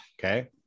okay